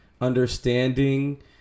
understanding